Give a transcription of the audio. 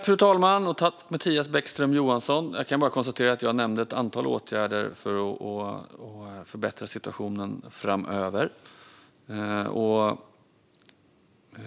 Fru talman! Jag nämnde ett antal åtgärder för att förbättra situationen framöver.